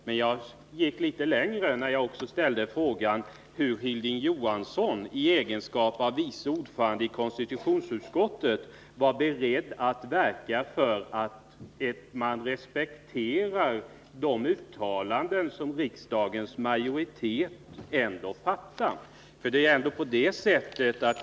Men jag gick litet längre när jag ställde frågan hur Hilding Johansson i egenskap av vice ordförande i konstitutionsutskottet var beredd att verka för att man skulle respektera de uttalanden som riksdagens majoritet ändå fattar.